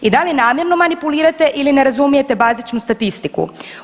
I da li namjerno manipulirate ili ne razumijete bazičnu statistiku?